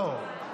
לא בכולם.